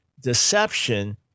deception